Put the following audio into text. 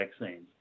vaccines